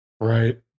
Right